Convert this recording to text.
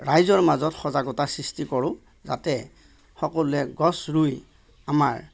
ৰাইজৰ মাজত সজাগতাৰ সৃষ্টি কৰোঁ যাতে সকলোৱে গছ ৰুই আমাৰ